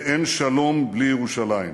ואין שלום בלי ירושלים".